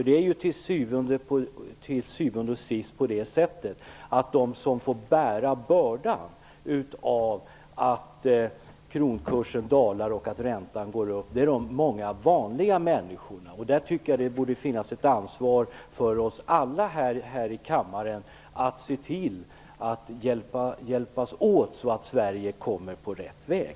Det är till syvende och sist så att de som får bära bördan av att kronkursen dalar och räntan går upp är de många vanliga människorna. Där tycker jag det borde finnas ett ansvar för oss alla här i kammaren att se till att hjälpas åt så att Sverige kommer på rätt väg.